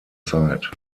zeit